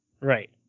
right